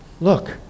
look